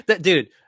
Dude